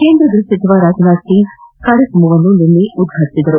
ಕೇಂದ್ರ ಗೈಹ ಸಚಿವ ರಾಜನಾಥ್ ಸಿಂಗ್ ಕಾರ್ಯಕ್ರಮವನ್ನು ಉದ್ಘಾಟಿಸಿದ್ದರು